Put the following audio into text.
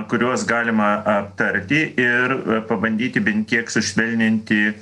kuriuos galima aptarti ir pabandyti bent kiek sušvelninti